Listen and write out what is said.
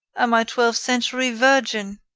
and my twelfth-century virgin!